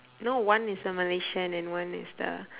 no one is a malaysian and one is the